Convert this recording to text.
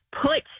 put